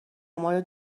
مورد